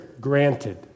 granted